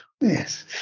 Yes